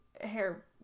hair